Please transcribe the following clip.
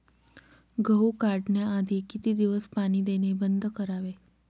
गहू काढण्याआधी किती दिवस पाणी देणे बंद करावे?